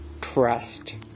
trust